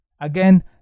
again